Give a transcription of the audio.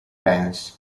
lance